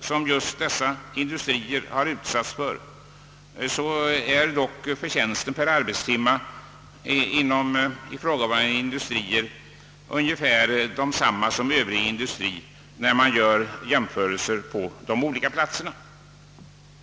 som textil: och konfektionsindustrierna har utsatts för är förtjänsten per arbetstimme där ungefär densamma som i övriga industrier.